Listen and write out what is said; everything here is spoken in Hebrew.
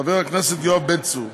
חבר הכנסת יואב בן צור,